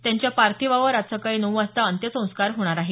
त्यांच्या पार्थिवावर आज सकाळी नऊ वाजता अंत्यसंस्कार होणार आहेत